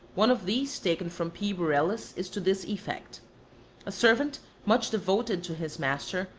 one of these, taken from p. borellus, is to this effect a servant much devoted to his master,